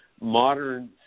modern